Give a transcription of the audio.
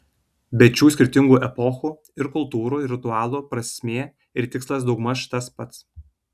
bet šių skirtingų epochų ir kultūrų ritualų prasmė ir tikslas daugmaž tas pats